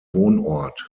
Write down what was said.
wohnort